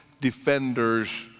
defenders